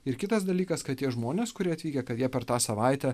ir kitas dalykas kad tie žmonės kurie teigia kad jie per tą savaitę